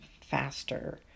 faster